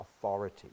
authority